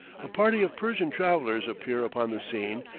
a party of persian travellers appear upon the scene,